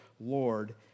Lord